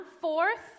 fourth